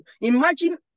Imagine